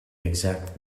exact